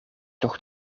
toch